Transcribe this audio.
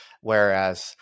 Whereas